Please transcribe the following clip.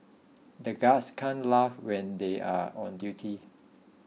the guards can't laugh when they are on duty